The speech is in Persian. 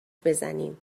بزنیم